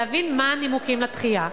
להבין, מה הנימוקים לדחייה.